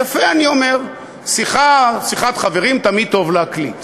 יפה, אני אומר, שיחת חברים תמיד טוב להקליט.